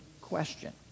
question